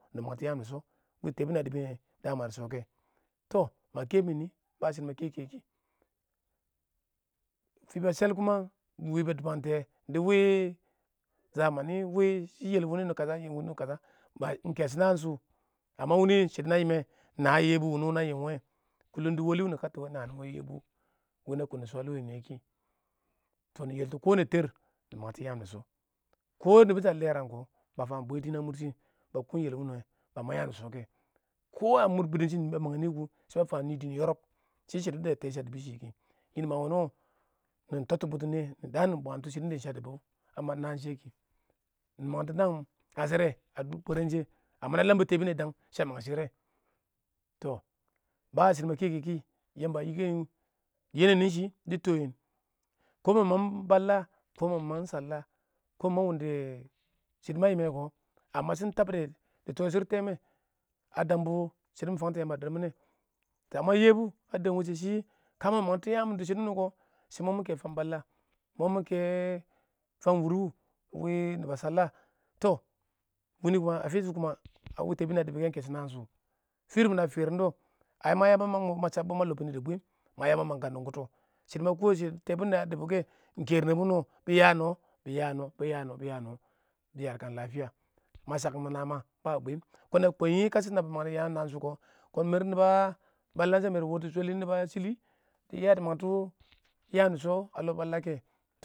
nɪ mangtɔ yaam dɪ sho wɪɪn laabon niyɛ a dubini kɪ tɔ ma kɛ mɪ mɪ fina shal dɪ wɪɪn wɪɪn yal kɪngnɛ wumi kasha woni kashe iɪng kasha naan su wuni shuds ma fankuwɪ ma wɪɪn yɛbʊ na fankuwɪ dɪ wali nɪ kattu wa yɛbʊ na kʊn dɪ sha a yiya niyɛ kɪ yɛbʊ dɪ mangtɔ yam dɪ sha kə yamba sha a leran kɪ ma fam fam nɪ dɪɪn a murshi ba kʊn yel wuans wɛ, kʊ a mʊr bidun shɪn ba mang nɪ kʊ shɛ ba fam nɪ dɪɪn yɔrɔb nɪn ma wuna wɪɪn nɪ txts bʊtʊn niyɛ a dʊr shidin da iɪng shɪ a dubs a mab naan shiye kɪ, nɪ mang tɔ naan ngashare a dʊr bwaren shɪya na lambu tebun niyɛ danj shɪ a mang shre kʊ mɪ mang balla kɪ mɪ mang shalla kɪ ma wunda shɪdo ma yimme kʊ shɪ iɪng dabuda tidishir tɛɛ mwee a dambo shɪdo mɪ fans tɔ Yamba a diirmin kɔn yebo a dɔm wʊrshɪ shɪ mɪkɛ fam balla mʊ mɪ kɛ fan wuri wɪɪn nubs a shalla tɔ wuni kume a ta bʊn niyɛ a dʊbʊnɪ kɪ iɪng kashɪ nɪɪn nɛ fir bina firdin dɪ ma chabbs ma karmin dɪ bwin ma ya kwan nʊngʊtɔ, ma kʊ shidɔ tɛɛbʊ niyɛ a dubuke, iɪng keer nibin wuns bɪ ya nɔ bɪ ya nɔ bɪ yaarkang lafiya ma shakking name dɪ bwɪm ksm a kwaan kashɪ nabi yada yaam haan shʊr kʊ kiɪn maar niba a bala kə dɪ wuts shwelin niba shila dɪ ya dɪ mangtɔ yaam dɪ sha a lɔ bella kə